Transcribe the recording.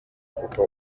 kuko